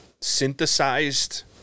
synthesized